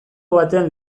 batean